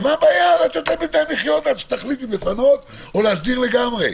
אז מה הבעיה לתת להם בינתיים לחיות עד שתחליט אם לפנות או להסדיר לגמרי?